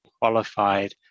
qualified